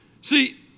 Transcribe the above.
See